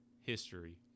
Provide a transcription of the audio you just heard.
history